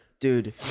Dude